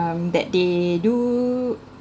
um that they do